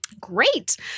Great